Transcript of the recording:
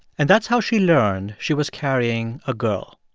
and that's how she learned she was carrying a girl.